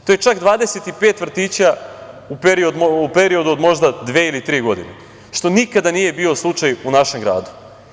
To je čak 25 vrtića u periodu od možda dve ili tri godine što nikada nije bio slučaj u mom gradu.